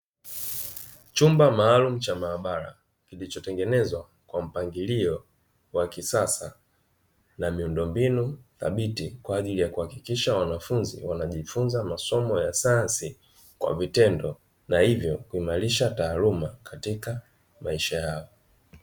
Chumba maalumu cha maabara, kilichotengenezwa kwa mpangilio wa kisasa na miundombinu thabiti kwa ajili kuhakikisha wanafunzi wanajifunza masomo ya sayansi kwa vitendo, na hivyo kuimarisha taaluma katika maisha yao.